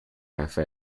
cafe